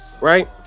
Right